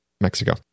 Mexico